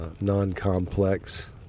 non-complex